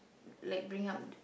like bring up